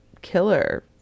killer